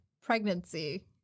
pregnancy